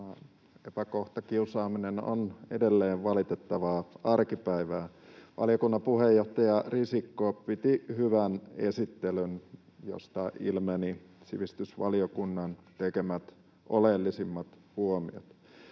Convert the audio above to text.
epäkohta, kiusaaminen, on edelleen valitettavaa arkipäivää. Valiokunnan puheenjohtaja Risikko piti hyvän esittelyn, josta ilmeni sivistysvaliokunnan tekemät oleellisimmat huomiot.